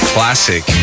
Classic